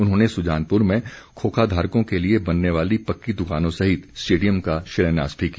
उन्होंने सुजानपुर में खोखाधारकों के लिए बनने वाली पक्की दुकानों सहित स्टेडियम का शिलान्यास भी किया